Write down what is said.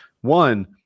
One